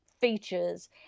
features